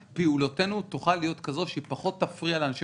פעילותנו תוכל להיות כזו שהיא פחות תפריע לאנשים